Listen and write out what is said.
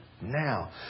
now